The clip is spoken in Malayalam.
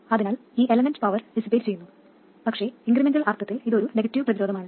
അതിനാൽ ഈ എലമെൻറ് പവർ ഡിസിപേറ്റ് ചെയ്യുന്നു പക്ഷേ ഇൻക്രിമെന്റൽ അർത്ഥത്തിൽ ഇത് ഒരു നെഗറ്റീവ് പ്രതിരോധമാണ്